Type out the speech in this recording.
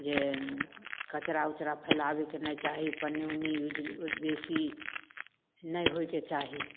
जे कचरा उचरा फैलाबैके नहि चाही पन्नी उन्नी यूज बेसी नहि होइके चाही